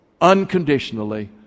unconditionally